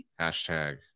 Hashtag